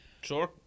sure